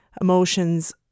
emotions